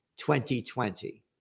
2020